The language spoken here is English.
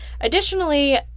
Additionally